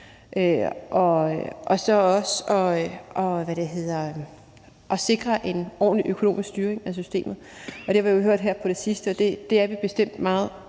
og også at sikre en ordentlig økonomisk styring af systemet. Det har vi jo hørt her på det sidste, og det er vi bestemt meget